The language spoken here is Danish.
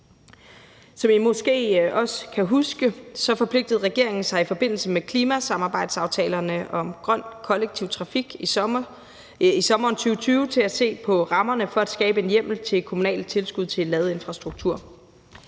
nogen måske også kan huske, forpligtede regeringen sig i forbindelse med klimasamarbejdsaftalerne om grøn kollektiv trafik i sommeren 2020 til at se på rammerne for at skabe en hjemmel til kommunale tilskud til ladeinfrastruktur.